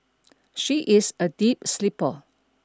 she is a deep sleeper